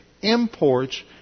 imports